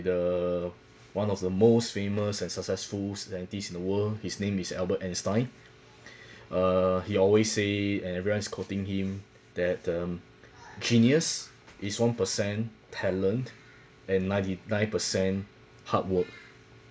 the one of the most famous and successful scientist in the world his name is albert einstein err he always say and everyone's quoting him that um genius is one percent talent and ninety-nine percent hard work